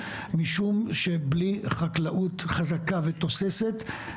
משום שבלי חקלאות חזקה ותוססת,